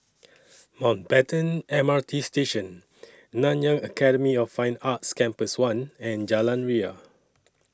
Mountbatten M R T Station Nanyang Academy of Fine Arts Campus one and Jalan Ria